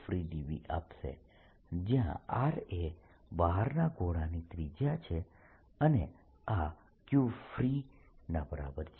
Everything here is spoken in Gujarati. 4πr2freedV આપશે જયાં r એ બહારના ગોળાની ત્રિજ્યા છે અને આ Q ફ્રી ના બરાબર છે